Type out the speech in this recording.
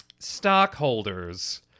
stockholders